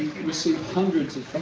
received hundreds of